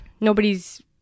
nobody's